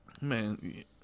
Man